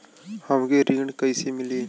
हमके ऋण कईसे मिली?